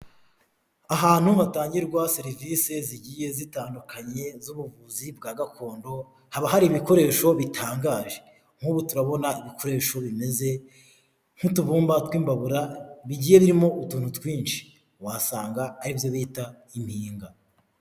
Ahantu hatangirwa serivise zigiye zitandukanye z'ubuvuzi bwa gakondo, haba hari ibikoresho bitangaje. Nk'ubu turabona ibikoresho bimeze nk'utubumba tw'imbabura, bigiye birimo utuntu twinshi. Wasanga ari byo bita impinga.